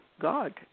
God